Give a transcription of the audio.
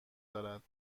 دارد